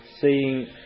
seeing